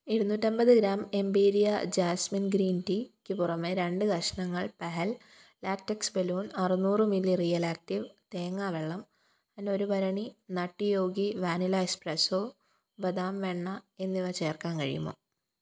ഇരുന്നൂറ്റമ്പത് gram Empiria jasmine green റ്റീക്ക് പുറമേ രണ്ട് കഷ്ണങ്ങൾ പെഹൽ ലാറ്റക്സ് ബലൂൺ അറുനൂറ് മില്ലി റിയൽ ആക്റ്റീവ് തേങ്ങാവെള്ളം പിന്നെ ഒരു ഭരണി നട്ടി യോഗി വാനില എസ്പ്രസ്സോ ബദാം വെണ്ണ എന്നിവ ചേർക്കാൻ കഴിയുമോ